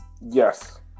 Yes